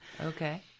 Okay